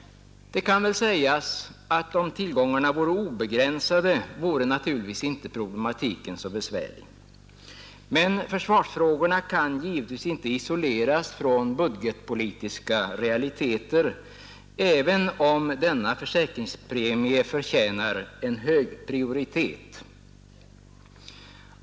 Om tillgångarna vore obegränsade vore naturligtvis problematiken inte så besvärlig. Men försvarsfrågorna kan givetvis inte isoleras från budgetpolitiska realiteter, även om denna ”försäkringspremie” förtjänar en hög prioritet.